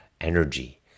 energy